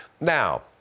Now